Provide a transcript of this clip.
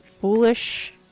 foolish